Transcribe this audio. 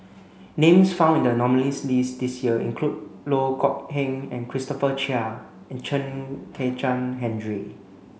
names found in the nominees' list this year include Loh Kok Heng Christopher Chia and Chen Kezhan Henri